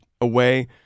away